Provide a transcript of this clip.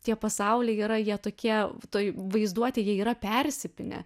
tie pasauliai yra jie tokie toj vaizduotėj jie yra persipynę